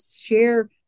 share